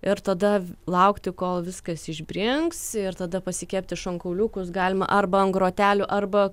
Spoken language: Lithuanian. ir tada laukti kol viskas išbrinks ir tada pasikepti šonkauliukus galima arba ant grotelių arba